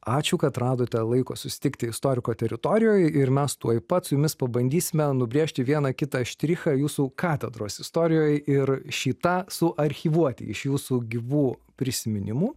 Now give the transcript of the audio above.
ačiū kad radote laiko susitikti istoriko teritorijoj ir mes tuoj pat su jumis pabandysime nubrėžti vieną kitą štrichą jūsų katedros istorijoj ir šį tą suarchyvuoti iš jūsų gyvų prisiminimų